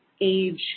age